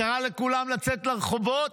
קרא לכולם לצאת לרחובות,